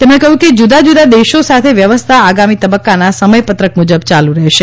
તેમણે કહ્યું કે જુદા જુદા દેશો સાથે વ્યવસ્થા આગામી તબક્કાના સમયપત્રક મુજબ ચાલુ રહેશે